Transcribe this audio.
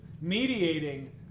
mediating